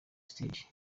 stage